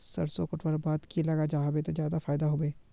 सरसों कटवार बाद की लगा जाहा बे ते ज्यादा फायदा होबे बे?